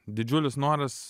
didžiulis noras